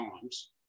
times